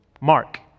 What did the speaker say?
mark